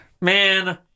man